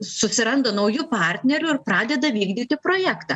susiranda naujų partnerių ir pradeda vykdyti projektą